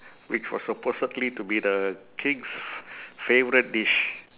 which was supposedly to be the king's f~ favourite dish